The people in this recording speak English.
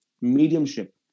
mediumship